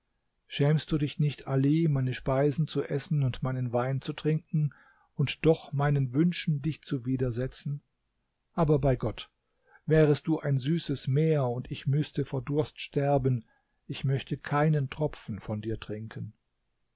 schämst du dich nicht ali meine speisen zu essen und meinen wein zu trinken und doch meinen wünschen dich zu widersetzen aber bei gott wärest du ein süßes meer und ich müßte vor durst sterben ich möchte keinen tropfen von dir trinken